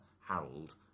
Harold